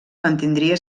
mantindria